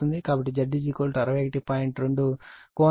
30 Ω అవుతుంది